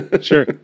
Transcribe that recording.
Sure